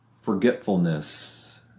forgetfulness